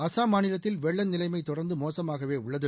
அசாம் மாநிலத்தில் வெள்ள நிலைமை தொடர்ந்து மோசமாகவே உள்ளது